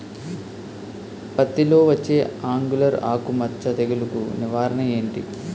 పత్తి లో వచ్చే ఆంగులర్ ఆకు మచ్చ తెగులు కు నివారణ ఎంటి?